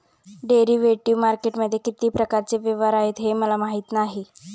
derivative मार्केटमध्ये किती प्रकारचे व्यवहार आहेत हे मला माहीत नाही